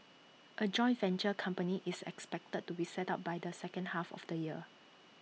A joint venture company is expected to be set up by the second half of the year